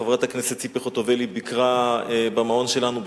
חברת הכנסת ציפי חוטובלי ביקרה במעון שלנו,